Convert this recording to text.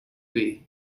way